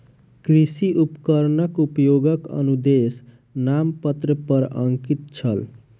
कृषि उपकरणक उपयोगक अनुदेश नामपत्र पर अंकित छल